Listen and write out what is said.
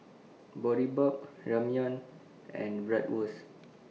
Boribap Ramyeon and Bratwurst